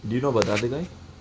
do you know about the other guy